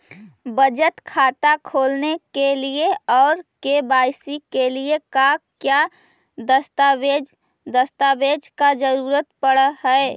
बचत खाता खोलने के लिए और के.वाई.सी के लिए का क्या दस्तावेज़ दस्तावेज़ का जरूरत पड़ हैं?